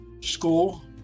school